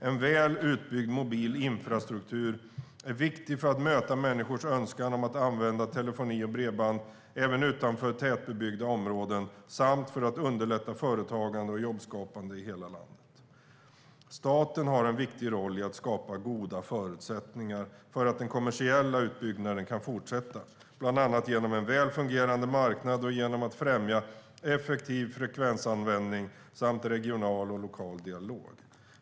En väl utbyggd mobil infrastruktur är viktig för att möta människors önskan om att använda telefoni och bredband även utanför tätbebyggda områden samt för att underlätta företagande och jobbskapande i hela landet. Staten har en viktig roll i att skapa goda förutsättningar för att den kommersiella utbyggnaden kan fortsätta, bland annat genom en väl fungerande marknad och genom att främja effektiv frekvensanvändning samt regional och lokal dialog.